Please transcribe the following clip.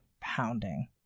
pounding